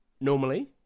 normally